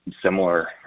similar